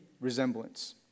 resemblance